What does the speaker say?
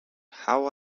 how